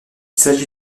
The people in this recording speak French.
s’agit